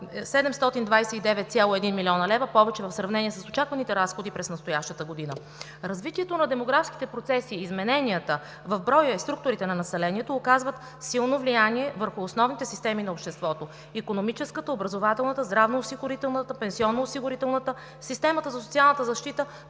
729,1 млн. лв. повече в сравнение с очакваните разходи през настоящата година. Развитието на демографските процеси, измененията в броя и структурите на населението, оказват силно влияние върху основните системи на обществото – икономическата, образователната, здравноосигурителната, пенсионноосигурителната, системата за социалната защита,